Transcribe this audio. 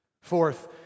fourth